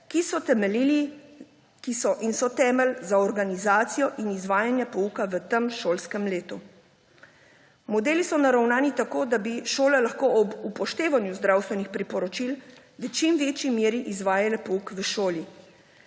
modele, ki so temelj za organizacijo in izvajanje pouka v tem šolskem letu. Modeli so naravnani tako, da bi šole lahko ob upoštevanju zdravstvenih priporočil v čim večji meri izvajale pouk v šoli.